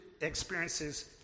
experiences